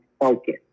focus